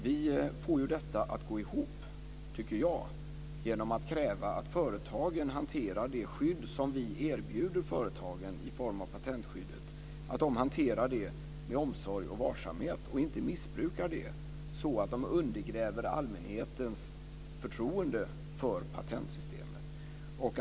Vi får detta att gå ihop, tycker jag, genom att kräva att företagen hanterar det skydd som vi erbjuder dem i form av patentskyddet med omsorg och varsamhet och att de inte missbrukar det så att de undergräver allmänhetens förtroende för patentsystemet.